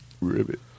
ribbit